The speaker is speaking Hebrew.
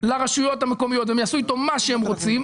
לרשויות המקומיות והן יעשו אתו מה שהם רוצות,